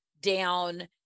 down